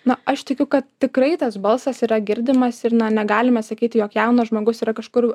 na aš tikiu kad tikrai tas balsas yra girdimas ir na negalim mes sakyti jog jaunas žmogus yra kažkur